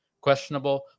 questionable